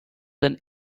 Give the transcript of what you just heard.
than